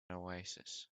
oasis